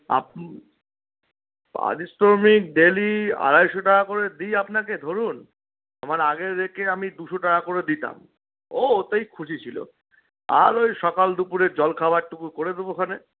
আপনি পারিশ্রমিক ডেইলি আড়াইশো টাকা করে দিই আপনাকে ধরুন আমার আগের রেটে আমি দুশো টাকা করে দিতাম ও ওতেই খুশি ছিলো আর ওই সকাল দুপুরের জলখাবারটুকু করে দেবোখনে